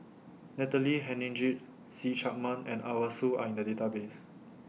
Natalie Hennedige See Chak Mun and Arasu Are in The Database